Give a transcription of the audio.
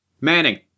Manning